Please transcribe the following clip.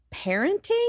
parenting